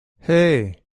hey